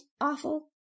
awful